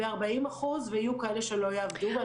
ב-40% ויהיו כאלה שלא יעבדו.